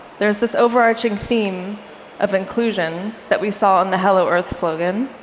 there is this overarching theme of inclusion that we saw on the hello earth slogan.